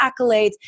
accolades